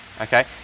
okay